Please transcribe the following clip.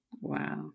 Wow